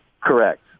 Correct